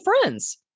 friends